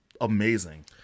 amazing